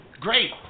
great